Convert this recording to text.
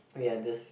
we had this